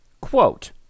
Quote